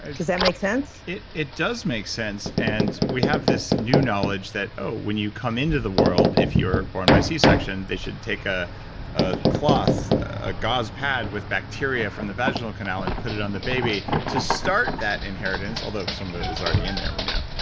does that make sense? it it does make sense. and we have this new knowledge that oh, when you come into the world, if you're born by c-section, they should take ah a cloth, a gauze pad, with bacteria from the vaginal canal and put it on the baby to start that inheritance, although some of it was already in there we know.